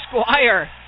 Squire